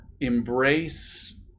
embrace